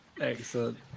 Excellent